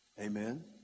Amen